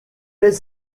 fait